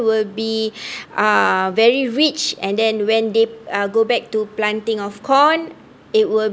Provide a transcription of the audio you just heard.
will be uh very rich and then when they uh go back to planting of corn it will